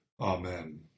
Amen